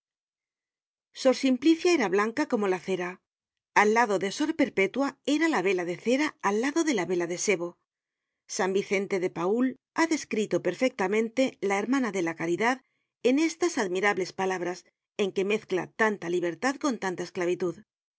sor simplicia era blanca como la cera al lado de sor perpétua era la vela de cera al lado de la vela de sebo san vicente de paul ha descrito perfectamente la hermana de la caridad en estas admirables palabras en que mezcla tanta libertad con tanta